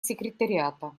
секретариата